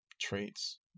traits